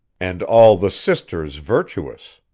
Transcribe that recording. and all the sisters virtuous